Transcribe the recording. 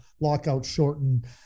lockout-shortened